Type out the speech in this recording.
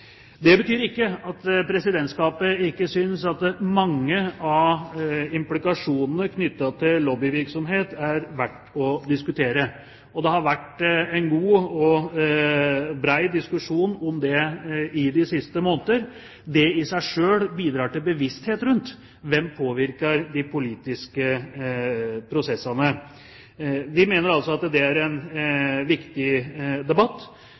Det betyr ikke at Presidentskapet ikke synes at mange av implikasjonene knyttet til lobbyvirksomhet er verdt å diskutere – og det har vært en god og bred diskusjon om det de siste månedene. Det i seg selv bidrar til bevissthet rundt hvem som påvirker de politiske prosessene. Vi mener altså at det er en viktig debatt,